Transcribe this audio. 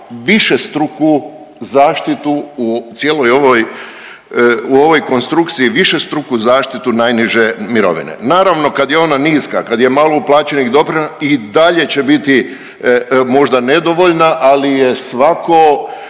višestruku zaštitu u cijeloj ovoj konstrukciju višestruku zaštitu najniže mirovine. Naravno kad je ona niska, kad je malo uplaćenih doprinosa i dalje će biti možda nedovoljna, ali je svako